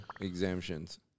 exemptions